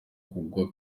kugwa